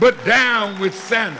but down with san